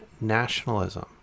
nationalism